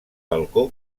balcó